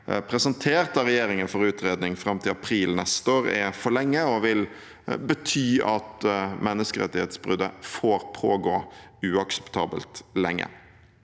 presentert av regjeringen, fram til april neste år, er for lang, og at det vil bety at menneskerettighetsbruddet får pågå uakseptabelt lenge.